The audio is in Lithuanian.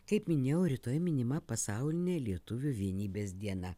kaip minėjau rytoj minima pasaulinė lietuvių vienybės diena